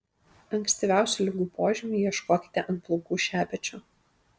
ankstyviausių ligų požymių ieškokite ant plaukų šepečio